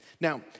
Now